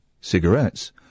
cigarettes